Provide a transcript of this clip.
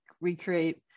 recreate